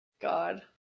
God